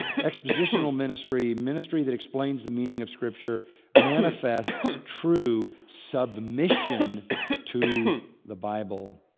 expositional ministry, ministry that explains the meaning of scripture manifests true submission to the bible.